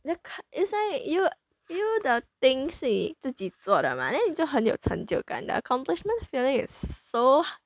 then is like you you the things 你自己做的嘛 then 你就很有成就感的 accomplishment feeling is so